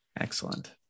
Excellent